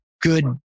good